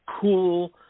cool